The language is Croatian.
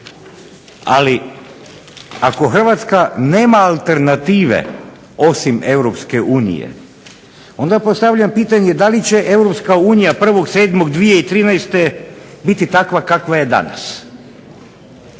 Ali ako Hrvatska nema alternative osim Europske unije onda postavljam pitanje da li će Europska unija 1. 7. 2013. biti takva kakva je danas.